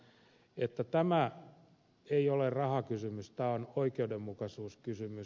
eli tämä ei ole rahakysymys tämä on oikeudenmukaisuuskysymys